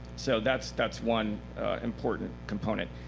so that's that's one important component.